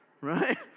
right